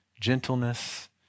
gentleness